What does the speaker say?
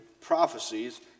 prophecies